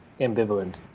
ambivalent